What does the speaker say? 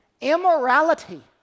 Immorality